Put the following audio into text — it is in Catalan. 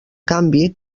canvi